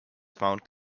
found